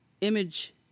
image